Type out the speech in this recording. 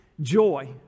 joy